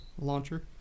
launcher